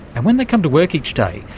and when they come to work each day,